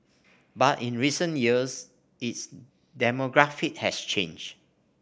but in recent years its demographic has changed